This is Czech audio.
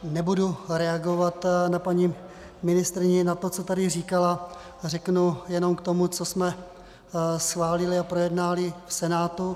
Nebudu reagovat na paní ministryni, na to, co tady říkala, a řeknu jenom k tomu, co jsme schválili a projednali v Senátu.